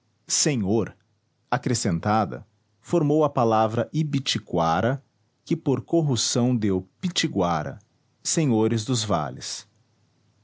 senhor acrescentada formou a palavra ibiticuara que por corrução deu pitiguara senhores dos vales